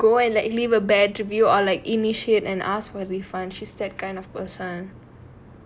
would go and likely write a bad review or like initiate and ask for refund she's that kind of person